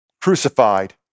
crucified